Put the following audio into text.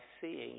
seeing